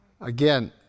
Again